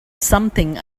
something